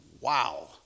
Wow